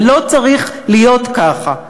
זה לא צריך להיות ככה.